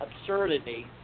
absurdity